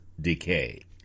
decay